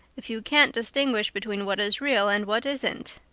if you can't distinguish between what is real and what isn't,